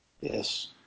Yes